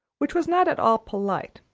which was not at all polite,